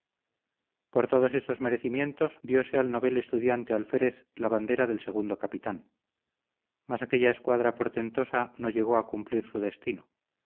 por todos estos merecimientos diose al novel estudiante alférez la bandera del segundo capitán mas aquella escuadra portentosa no llegó a cumplir su destino